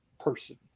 person